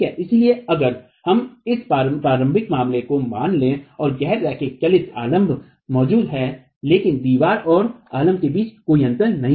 इसलिए अगर हम इस प्रारंभिक मामले को मान लें जहां गैर चलती आलंब मौजूद हैं लेकिन दीवार और आलंब के बीच कोई अंतर नहीं है